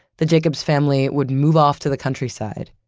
the jacobs family would move off to the countryside,